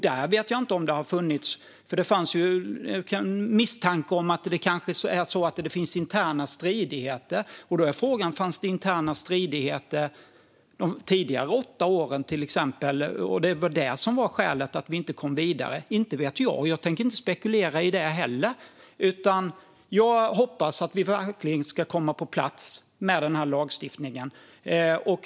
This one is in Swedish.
Det finns någon misstanke om att det kanske finns interna stridigheter, och då är ju frågan om det fanns interna stridigheter under de tidigare åtta åren. Var det skälet till att vi inte kom vidare? Inte vet jag, och jag tänker inte spekulera i det heller. Jag hoppas i stället att vi verkligen ska få den här lagstiftningen på plats.